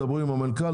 תדברו עם המנכ"ל,